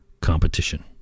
Competition